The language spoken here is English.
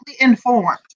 informed